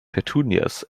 petunias